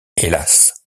hélas